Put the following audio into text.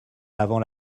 avant